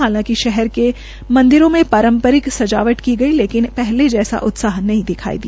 हालांककि शहर के मंदिरों में पारम्परिक सजावट की गई लेकिन पहले जैसा उत्साह नहीं दिखाई दिया